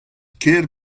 kêr